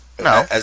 No